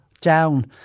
down